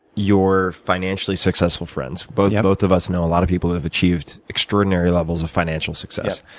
your financially successful friends, both yeah both of us know a lot of people who have achieved extraordinary levels of financial success,